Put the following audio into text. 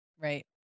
Right